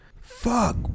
Fuck